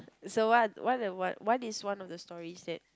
so what what the what what is one of the story that